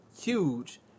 huge